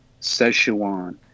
Szechuan